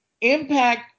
Impact